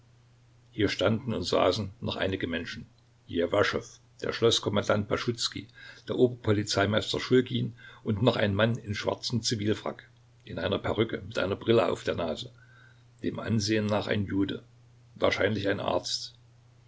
hier standen und saßen noch einige menschen ljewaschow der schloßkommandant baschuzkij der ober polizeimeister schulgin und noch ein mann in schwarzem zivilfrack in einer perücke mit einer brille auf der nase dem ansehen nach ein jude wahrscheinlich ein arzt